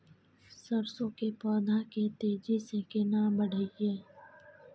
सरसो के पौधा के तेजी से केना बढईये?